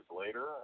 later